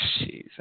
jeez